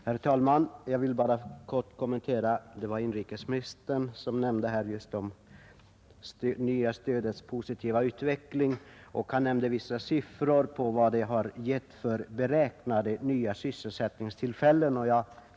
Herr talman! Jag skall bara kort kommentera vad inrikesministern sade om det nya stödets positiva utveckling. Han nämnde vissa siffror på vad det hade gett i form av beräknade nya sysselsättningstillfällen.